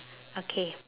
okay